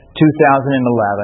2011